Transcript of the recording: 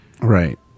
Right